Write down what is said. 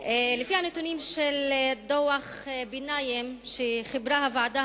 לפי הנתונים של דוח ביניים שחיברה הוועדה